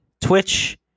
Twitch